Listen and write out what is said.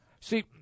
See